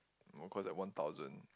no cost at one thousand